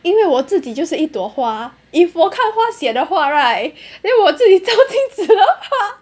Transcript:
因为我自己就是一朵花 if 我看花 sian 的话 right then 我自己照镜子的话